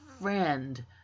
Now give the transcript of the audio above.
friend